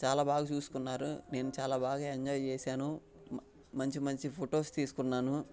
చాలా బాగా చూసుకున్నారు నేను చాలా బాగా ఎంజాయ్ చేశాను మంచి మంచి ఫోటోస్ తీసుకున్నాను